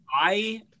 I-